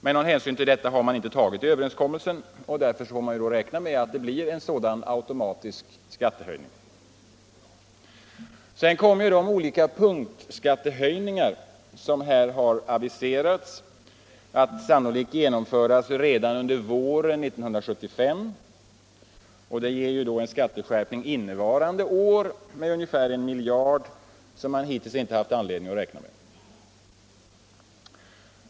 Men någon hänsyn till detta har man inte tagit i överenskommelsen. Därför får vi räkna med att det blir en sådan automatisk skattehöjning. Dessutom kommer de olika punktskattehöjningar som aviserats att genomföras redan under våren 1975, och det ger en skatteskärpning innevarande år om ungefär 1 miljard kronor, som man hittills inte haft anledning att räkna med.